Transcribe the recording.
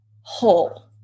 whole